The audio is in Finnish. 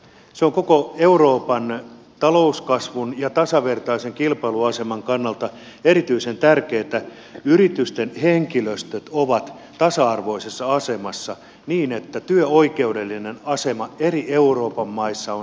se on koko euroopan talouskasvun ja tasavertaisen kilpailuaseman kannalta erityisen tärkeätä että yritysten henkilöstöt ovat tasa arvoisessa asemassa niin että työoikeudellinen asema eri euroopan maissa on samankaltainen